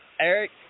Eric